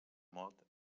mot